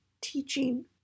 teaching